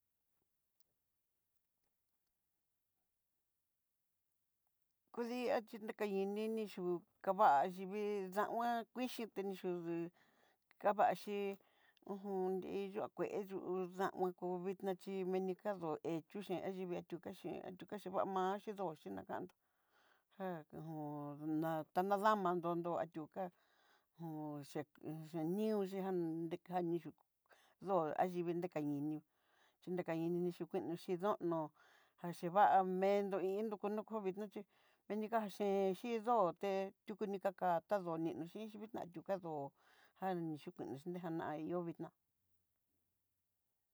Kudí achí achí nraka yí ninixhí yu'u kavaxhí, vii dan'un ngá kuixhí ni yudú kavaxhí, ho o on nriyuá kué yuu danun kovixna chí, meni caldó hetuchen i'a tuka chen vee tuka chen mamache doche nakandó já ihó ta na damandó ndó ayuka ho o o- chep chenioxi ján nrikani yú ndó ayivii nrakañini, chinrakanini chinuenta xhí ndóno axhiva'a mendó indó noko vidna chí meninga chen chín ndoté tuku ni kaka tá doní xhinxi vindnakadó jan'ni yuku nikaña yovidná.